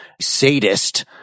sadist